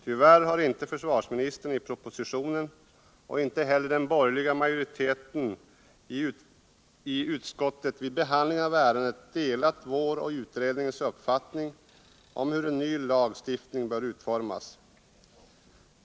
Tyvärr har inte försvarsministern i propositionen och inte heller den borgerliga majoriteten i utskottet vid behandlingen av ärendet delat vår och utredningens uppfattning om hur en ny lagstiftning bör utformas.